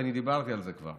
ואני דיברתי על זה כבר,